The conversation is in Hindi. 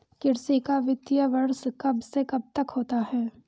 कृषि का वित्तीय वर्ष कब से कब तक होता है?